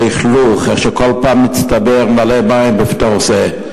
הלכלוך, איך כל פעם מצטברים מלא מים בתוך זה.